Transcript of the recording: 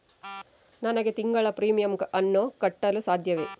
ನನಗೆ ತಿಂಗಳ ಪ್ರೀಮಿಯಮ್ ಅನ್ನು ಕಟ್ಟಲು ಸಾಧ್ಯವೇ?